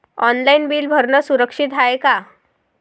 Online bill भरनं सुरक्षित हाय का?